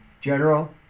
General